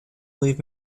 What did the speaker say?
leave